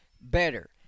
better